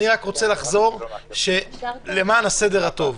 אני רק רוצה לחזור למען הסדר הטוב: